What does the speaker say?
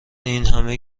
اینهمه